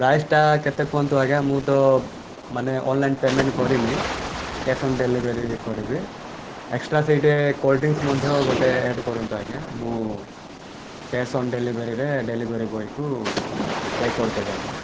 ପ୍ରାଇସ୍ଟେ କେତେ କୁହନ୍ତୁ ଆଜ୍ଞା ମୁଁ ତ ମାନେ ଅନଲାଇନ୍ ପେମେଣ୍ଟ କରିନି କ୍ୟାସ୍ ଅନ୍ ଡେଲିଭରି କରିବି ଏକ୍ସଟ୍ରା ସେଇଠେ କୋଲଡ୍ରିଙ୍କସ୍ ମଧ୍ୟ ଗୋଟେ ଆଡ଼ କରନ୍ତୁ ଆଜ୍ଞା ମୁଁ କ୍ୟାସ୍ ଅନ୍ ଡେଲିଭରିରେ ଡେଲିଭରି ବୟକୁ ପେ' କରିଦେବି ଆଜ୍ଞା